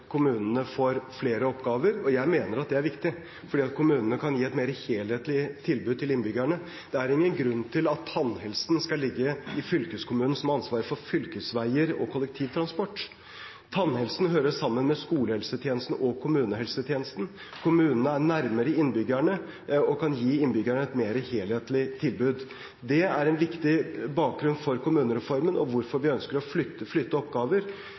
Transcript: det er viktig – kan kommunene gi et mer helhetlig tilbud til innbyggerne. Det er ingen grunn til at tannhelsen skal ligge i fylkeskommunen, som har ansvaret for fylkesveier og kollektivtransport. Tannhelsen hører sammen med skolehelsetjenesten og kommunehelsetjenesten. Kommunene er nærmere innbyggerne og kan gi innbyggerne et mer helhetlig tilbud. Det er en viktig bakgrunn for kommunereformen og for hvorfor vi ønsker å flytte oppgaver til kommunene. Så er det selvsagt også slik at når man flytter oppgaver